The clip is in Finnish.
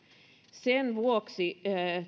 sen vuoksi